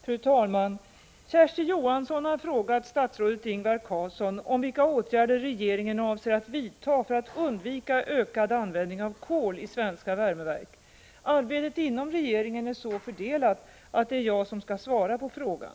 Fru talman! Kersti Johansson har frågat statsrådet Ingvar Carlsson om vilka åtgärder regeringen avser att vidta för att undvika ökad användning av kolisvenska värmeverk. Arbetet inom regeringen är så fördelat att det är jag som skall svara på frågan.